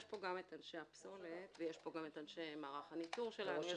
יש פה אנשי הפסולת וגם אנשי מערך הניטור שלנו.